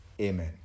Amen